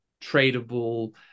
tradable